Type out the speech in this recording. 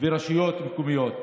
ורשויות מקומיות,